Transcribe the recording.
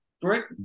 brick